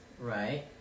right